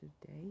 today